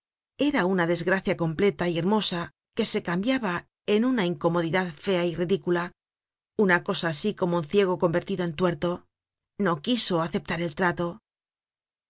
era una desgracia completa y hermosa que se cambiaba en una incomodidad fea y ridicula una cosa asi como un ciego convertido en tuerto no quiso aceptar el trato